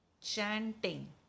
chanting